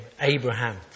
Abraham